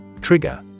Trigger